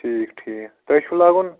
ٹھیٖک ٹھیٖک تۄہہِ چھُو لاگُن